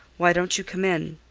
why don't you come in?